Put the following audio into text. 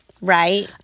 Right